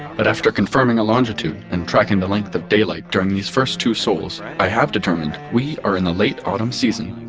but after confirming our longitude and tracking the length of daylight during these first two sols i have determined we are in the late autumn season.